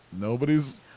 nobody's